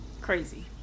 Crazy